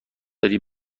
داری